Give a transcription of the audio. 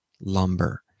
lumber